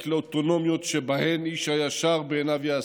לאוטונומיות שבהן איש הישר בעיניו יעשה.